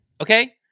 Okay